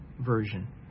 Version